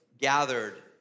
gathered